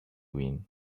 win